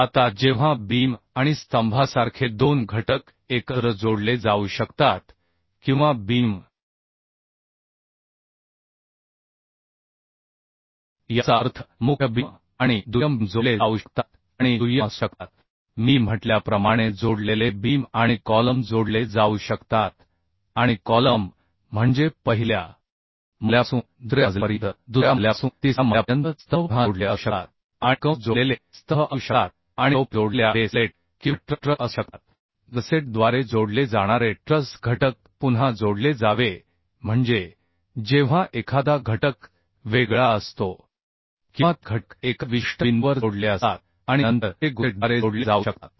आता जेव्हा बीम आणि स्तंभासारखे दोन घटक एकत्र जोडले जाऊ शकतात किंवा बीम याचा अर्थ मुख्य बीम आणि दुय्यम बीम जोडले जाऊ शकतात आणि दुय्यम असू शकतात मी म्हटल्याप्रमाणे जोडलेले बीम आणि कॉलम जोडले जाऊ शकतात आणि कॉलम म्हणजे पहिल्या मजल्यापासून दुसऱ्या मजल्यापर्यंत दुसऱ्या मजल्यापासून तिसऱ्या मजल्यापर्यंत स्तंभ पुन्हा जोडलेले असू शकतात आणि कंस जोडलेले स्तंभ असू शकतात आणि टोप्या जोडलेल्या बेस प्लेट किंवा ट्रस असू शकतात गसेटद्वारे जोडले जाणारे ट्रस घटक पुन्हा जोडले जावे म्हणजे जेव्हा एखादा घटक वेगळा असतो किंवा ते घटक एका विशिष्ट बिंदूवर जोडलेले असतात आणि नंतर ते गुसेटद्वारे जोडले जाऊ शकतात